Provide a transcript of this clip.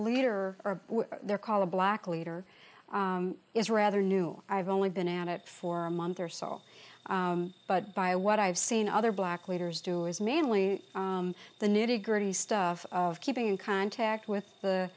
leader or their color black leader is rather new i've only been at it for a month or so but by what i've seen other black leaders do is mainly the nitty gritty stuff of keeping in contact with the